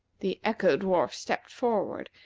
the echo-dwarf stepped forward,